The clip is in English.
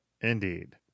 indeed